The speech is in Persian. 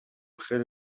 خیلی